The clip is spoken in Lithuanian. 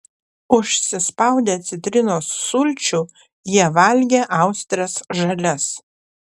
užsispaudę citrinos sulčių jie valgė austres žalias